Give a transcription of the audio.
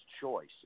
choice